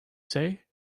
say